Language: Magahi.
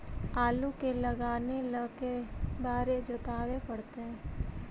आलू के लगाने ल के बारे जोताबे पड़तै?